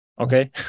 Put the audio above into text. okay